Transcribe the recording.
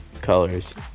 colors